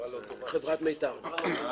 חברת מיתר.